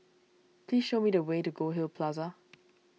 please show me the way to Goldhill Plaza